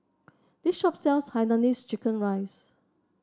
this shop sells Hainanese Chicken Rice